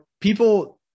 people